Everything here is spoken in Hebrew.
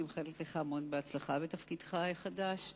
אני מאחלת לך המון הצלחה בתפקידך החדש.